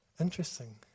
Interesting